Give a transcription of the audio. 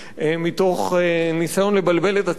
מתוך ניסיון לבלבל את הציבור.